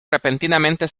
repentinamente